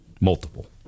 Multiple